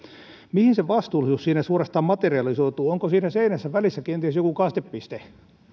mihin se vastuullisuus siinä suorastaan materialisoituu onko siinä seinässä välissä kenties joku kastepiste